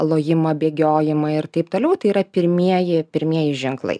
lojimą bėgiojimą ir taip toliau tai yra pirmieji pirmieji ženklai